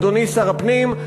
אדוני שר הפנים,